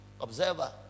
observer